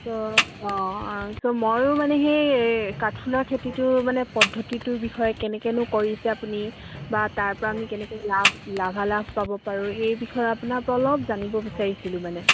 চ' অঁ অঁ চ' ময়ো মানে সেই কাঠফুলাৰ খেতিটো মানে পদ্ধতিটোৰ বিষয়ে কেনেকৈনো কৰিছে আপুনি বা তাৰপৰা আমি কেনেকৈ লাভ লাভালাভ পাব পাৰোঁ এই বিষয়ে আপোনাৰপৰা অলপ জানিব বিচাৰিছিলোঁ মানে